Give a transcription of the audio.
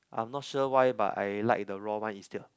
I'm not sure why but I like the raw one instead